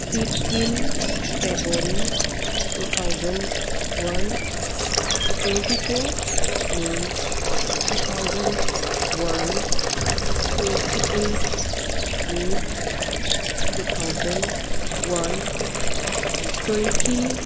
fifteen February two thousand one twenty four may two thousand one twenty eight may two thousand one and twenty